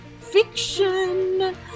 fiction